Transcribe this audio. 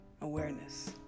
awareness